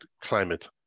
climate